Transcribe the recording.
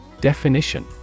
Definition